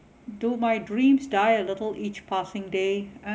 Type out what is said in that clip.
do my dreams die a little each passing day uh